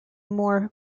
more